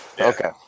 Okay